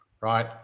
Right